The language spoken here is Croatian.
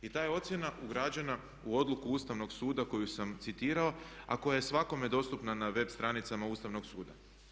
I ta je ocjena ugrađena u odluku Ustavnog suda koju sam citirao, a koja je svakome dostupna na web stranicama Ustavnog suda.